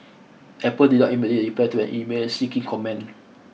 Apple did not immediately reply to an email seeking comment